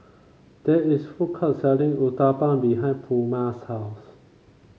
there is food court selling Uthapam behind Pluma's house